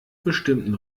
bestimmten